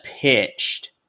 pitched